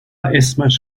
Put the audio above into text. اسمش